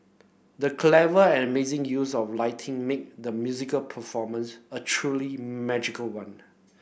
the clever and amazing use of lighting made the musical performance a truly magical one